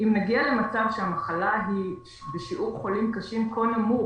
אם נגיע למצב שהמחלה היא בשיעור חולים קשים כה נמוך,